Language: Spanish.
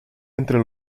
entre